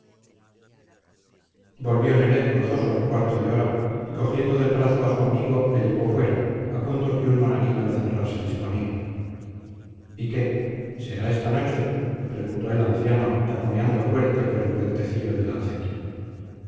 volvió nelet gozoso al cuarto de hora y cogiendo del brazo a su amigo le llevó fuera a punto que un monaguillo a cerrar se disponía y qué será esta noche preguntó el anciano taconeando fuerte por el puentecillo de la acequia